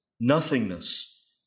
nothingness